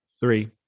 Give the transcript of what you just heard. Three